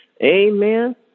amen